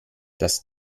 das